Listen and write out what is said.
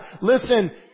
Listen